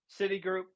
Citigroup